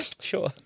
Sure